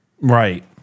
Right